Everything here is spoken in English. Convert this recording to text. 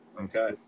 Okay